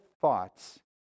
thoughts